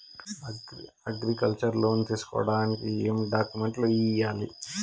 Agriculture loan తీసుకోడానికి ఏం డాక్యుమెంట్లు ఇయ్యాలి?